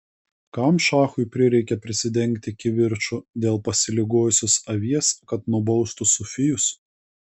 kam šachui prireikė prisidengti kivirču dėl pasiligojusios avies kad nubaustų sufijus